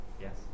Yes